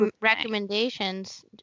recommendations